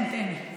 כן, כן.